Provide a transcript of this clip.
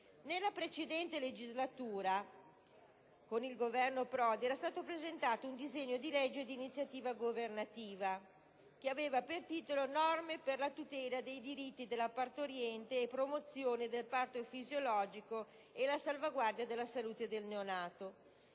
Nella precedente legislatura, con il Governo Prodi, era stato presentato alla Camera un disegno di legge di iniziativa governativa, il n. 1923, che aveva per titolo «Norme per la tutela dei diritti della partoriente, la promozione del parto fisiologico e la salvaguardia della salute del neonato»